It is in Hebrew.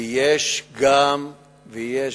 ויש גם משטרה.